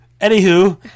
Anywho